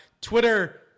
Twitter